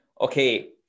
Okay